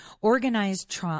organized